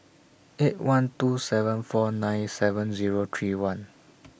eight one two seven four nine seven Zero three one